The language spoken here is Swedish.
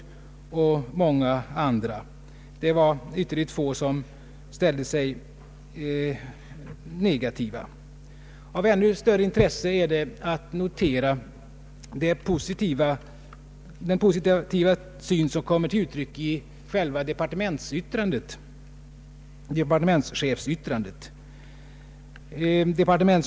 Det var ytterligt få som ställde sig negativa. Av ännu större intresse är att notera den positiva syn som kommer till utryck i departementschefens yttrande.